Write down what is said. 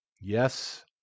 Yes